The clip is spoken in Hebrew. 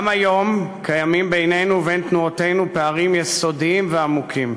גם היום קיימים בינינו ובין תנועותינו פערים יסודיים ועמוקים,